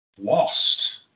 lost